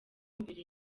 mbere